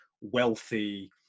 wealthy